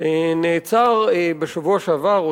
נעצר בשבוע שעבר,